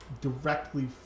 directly